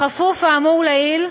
כפוף לאמור לעיל,